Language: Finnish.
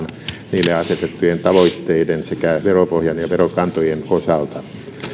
niille asetettujen tavoitteiden sekä veropohjan ja verokantojen osalta